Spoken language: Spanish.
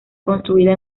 construida